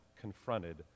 confronted